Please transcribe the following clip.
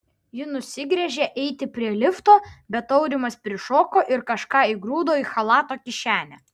ji nusigręžė eiti prie lifto bet aurimas prišoko ir kažką įgrūdo į chalato kišenę